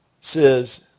says